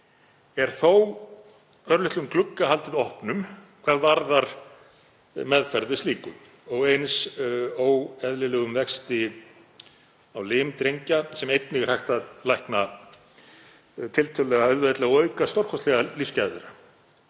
er þó örlitlum glugga haldið opnum hvað varðar meðferð við slíku og eins óeðlilegum vexti á lim drengja sem einnig er hægt að lækna tiltölulega auðveldlega og auka stórkostlega lífsgæði